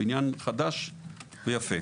בניין חדש ויפה.